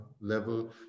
level